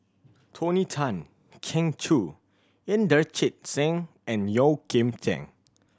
Tony Tan Keng Joo Inderjit Singh and Yeoh Ghim Seng